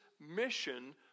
mission